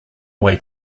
way